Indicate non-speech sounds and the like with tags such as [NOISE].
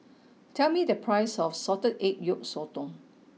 [NOISE] tell me the price of Salted Egg Yolk Sotong